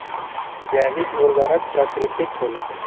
जैविक उर्वरक प्राकृतिक होला